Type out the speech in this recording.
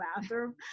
bathroom